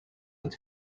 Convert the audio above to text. het